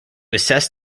assess